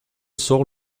sort